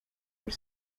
muri